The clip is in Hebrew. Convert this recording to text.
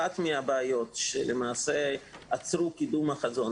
אחת הבעיות שלמעשה בגינה עצרו את קידום החזון